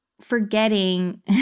forgetting